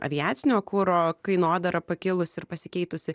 aviacinio kuro kainodara pakilus ir pasikeitusi